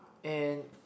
and